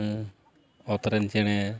ᱚᱛ ᱨᱮᱱ ᱪᱮᱬᱮ